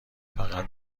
فقط